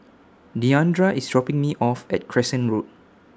Deandra IS dropping Me off At Crescent Road